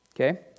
okay